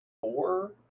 four